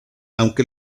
aunque